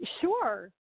Sure